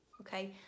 okay